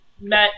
met